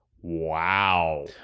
Wow